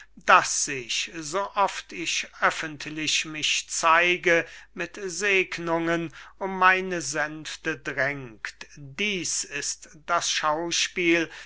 das sich sooft ich öffentlich mich zeige mit segnungen um meine sänfte drängt dies ist das schauspiel